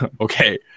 Okay